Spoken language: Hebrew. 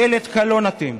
ממשלת קלון אתם.